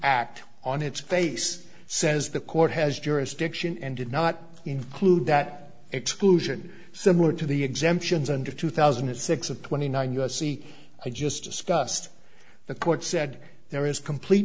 act on its face says the court has jurisdiction and did not include that exclusion similar to the exemptions under two thousand and six of twenty nine u s c i just discussed the court said there is complete